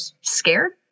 scared